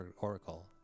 Oracle